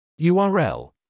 URL